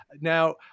Now